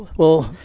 well,